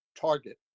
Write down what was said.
target